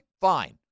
fine